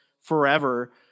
forever